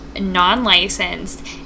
non-licensed